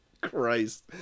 Christ